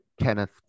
Kenneth